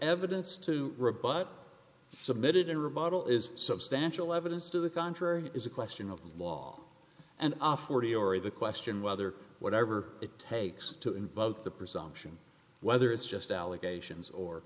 evidence to rebut submitted in rebuttal is substantial evidence to the contrary is a question of law and forty or the question whether whatever it takes to invoke the presumption whether it's just allegations or